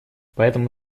поэтому